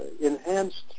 enhanced